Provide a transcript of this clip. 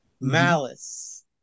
Malice